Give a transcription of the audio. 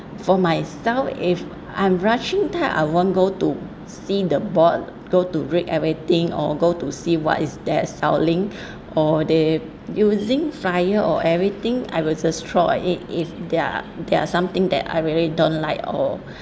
for my style if I'm rushing type I won't go to see the board go to read everything or go to see what is there selling or they using flyer or everything I will just throw it if there are there are something that I really don't like or